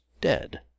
dead